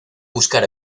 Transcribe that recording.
buscar